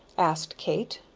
asked kate.